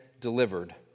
delivered